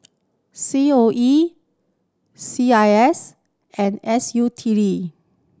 C O E C I S and S U T D